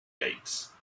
gates